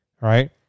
Right